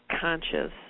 conscious